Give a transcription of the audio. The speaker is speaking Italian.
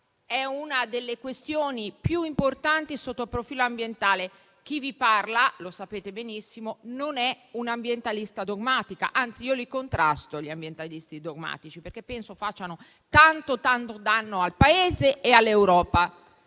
è una delle questioni più importanti sotto il profilo ambientale. Chi vi parla - lo sapete benissimo - non è un'ambientalista dogmatica, anzi io contrasto gli ambientalisti dogmatici, perché penso facciano tanto danno al Paese e all'Europa.